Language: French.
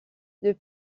deux